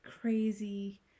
crazy